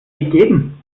gegeben